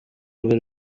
rwe